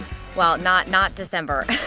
well, not not december.